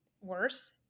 worse